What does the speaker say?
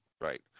Right